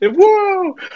whoa